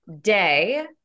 day